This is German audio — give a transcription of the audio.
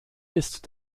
ist